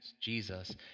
Jesus